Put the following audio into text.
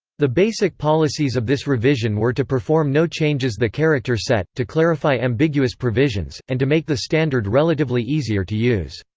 the basic policies of this revision were to perform no changes the character set, to clarify ambiguous provisions, and to make the standard relatively easier to use.